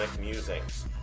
musings